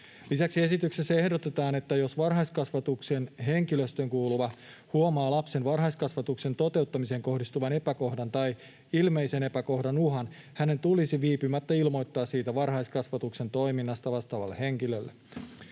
Lisäksi esityksessä ehdotetaan, että jos varhaiskasvatuksen henkilöstöön kuuluva huomaa lapsen varhaiskasvatuksen toteuttamiseen kohdistuvan epäkohdan tai ilmeisen epäkohdan uhan, hänen tulisi viipymättä ilmoittaa siitä varhaiskasvatuksen toiminnasta vastaavalle henkilölle,